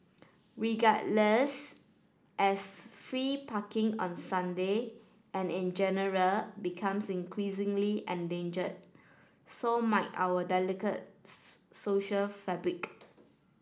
regardless as free parking on Sunday and in general becomes increasingly endangered so might our delicate social fabric